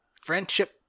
friendship